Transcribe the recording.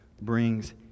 brings